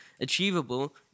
Achievable